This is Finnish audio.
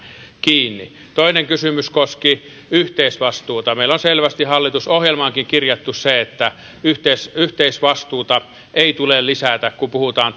kiinni toinen kysymys koski yhteisvastuuta meillä on selvästi hallitusohjelmaankin kirjattu se että yhteisvastuuta ei tule lisätä kun puhutaan